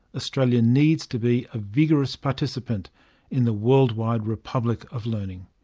australia needs to be a vigorous participant in the worldwide republic of learning.